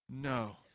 No